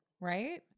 Right